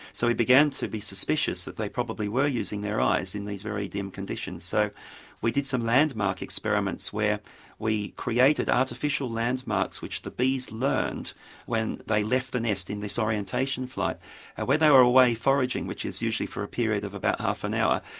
so we began to be suspicious that they probably were using their eyes in these very dim conditions. so we did some landmark experiments where we created artificial landmarks which the bees learned when they left the nest in this orientation flight. and when they were away foraging, which is usually for a period of about half an hour,